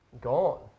gone